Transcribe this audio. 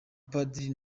padiri